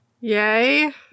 Yay